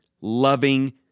loving